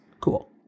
cool